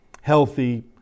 healthy